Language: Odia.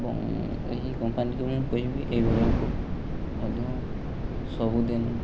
ଏବଂ ଏହି କମ୍ପାନୀକୁ ମୁଁ କହିବି ଏଇଭଳିଆ ବୁଟ୍ ମଧ୍ୟ ସବୁଦିନ